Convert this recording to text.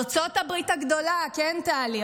ארצות הברית הגדולה, כן, טלי?